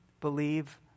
believe